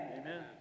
Amen